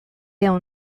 ehun